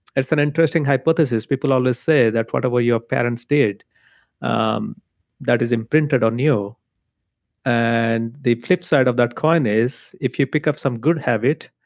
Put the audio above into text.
an interesting hypothesis. people always say that whatever your parents did um that is imprinted on you and the flip-side of that coin is if you pick up some good habit,